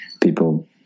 People